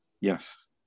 Yes